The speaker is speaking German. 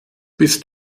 bist